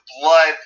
blood